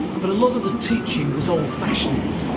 but a lot of the teaching was old fashioned,